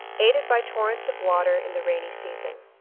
aided by torrents of water in the rainy season.